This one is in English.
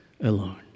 alone